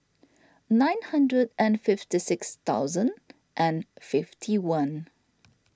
nine hundred and fifty six thousand and fifty one